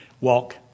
Walk